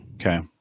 Okay